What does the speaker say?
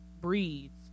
breeds